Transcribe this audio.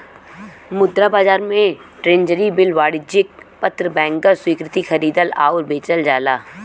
मुद्रा बाजार में ट्रेज़री बिल वाणिज्यिक पत्र बैंकर स्वीकृति खरीदल आउर बेचल जाला